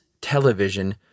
television